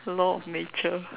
law of nature